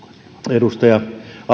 edustaja